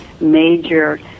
major